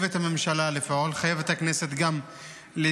הממשלה חייבת לפעול, הכנסת חייבת גם להתקדם.